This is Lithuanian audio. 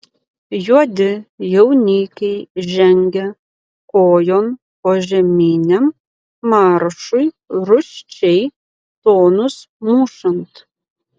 juodi jaunikiai žengia kojon požeminiam maršui rūsčiai tonus mušant